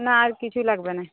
না আর কিছুই লাগবে না